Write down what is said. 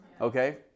okay